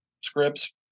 scripts